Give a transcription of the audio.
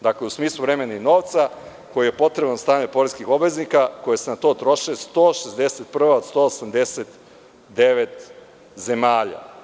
Dakle, u smislu vremena i novca koji je potreban od strane poreskih obveznika koji se na to troše, 161. od 189 zemalja.